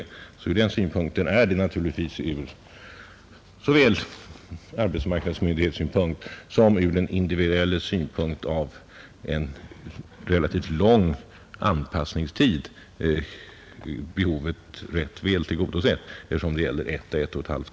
Från den synpunkten är naturligtvis såväl arbetsmarknadsmyndighetens som den individuelles behov av en relativt lång anpassningstid rätt väl tillgodosett.